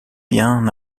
bien